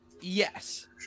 yes